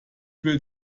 will